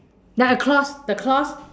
like a cloth the cloth